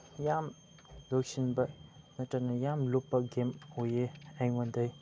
ꯌꯥꯝ ꯂꯨꯁꯤꯟꯕ ꯅꯠꯇ꯭ꯔꯅ ꯌꯥꯝ ꯂꯨꯞꯄ ꯒꯦꯝ ꯑꯣꯏꯌꯦ ꯑꯩꯉꯣꯟꯗ